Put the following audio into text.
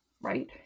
right